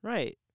Right